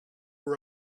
were